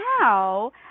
now